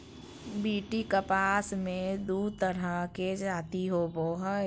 BT कपास मे दू तरह के जाति होबो हइ